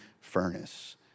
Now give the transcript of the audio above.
furnace